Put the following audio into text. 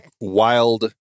wild